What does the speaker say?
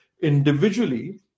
Individually